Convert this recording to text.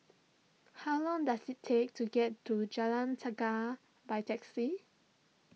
how long does it take to get to Jalan by taxi